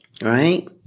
Right